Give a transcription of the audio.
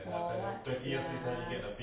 for what sia